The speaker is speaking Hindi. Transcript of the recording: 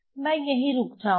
मैं यहीं रुक जाऊंगा